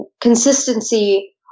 consistency